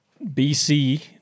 BC